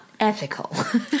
ethical